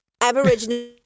Aboriginal